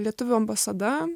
lietuvių ambasada